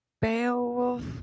Beowulf